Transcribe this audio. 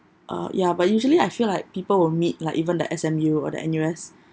uh ya but usually I feel like people will meet like even the S_M_U or the N_U_S